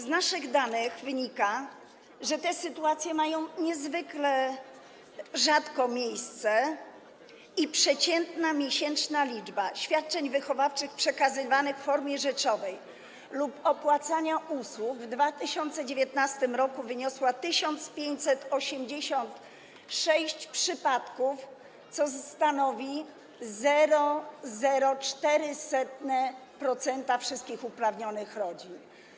Z naszych danych wynika, że te sytuacje mają miejsce niezwykle rzadko i przeciętna miesięczna liczba świadczeń wychowawczych przekazywanych w formie rzeczowej lub opłacania usług w 2019 r. wyniosła 1586, co stanowi 0,04% wszystkich uprawnionych rodzin.